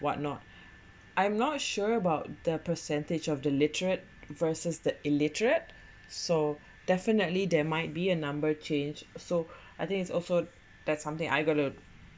what not I'm not sure about the percentage of the literate versus the illiterate so definitely there might be a number change so I think it's also that's something I got to